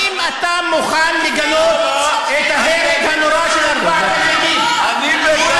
האם אתה מוכן לגנות את ההרג הנורא של ארבעת הילדים?